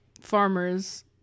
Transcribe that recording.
farmers